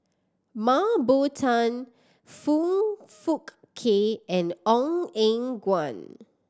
Mah Bow Tan Foong Fook Kay and Ong Eng Guan